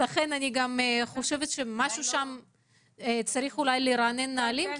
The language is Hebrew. אני חושבת שצריך אולי לרענן נהלים כי